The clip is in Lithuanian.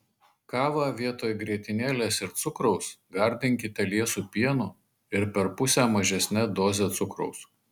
kavą vietoj grietinėlės ir cukraus gardinkite liesu pienu ir per pusę mažesne doze cukraus